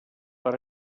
per